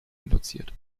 induziert